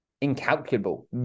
incalculable